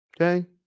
Okay